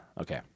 Okay